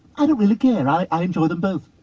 i don't really care, and i enjoy them both.